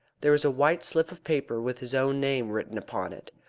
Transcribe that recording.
there was a white slip of paper with his own name written upon it.